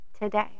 today